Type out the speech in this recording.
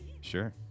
Sure